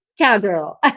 cowgirl